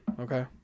okay